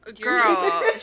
Girl